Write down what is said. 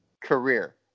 Career